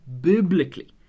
biblically